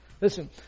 Listen